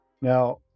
now